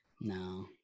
No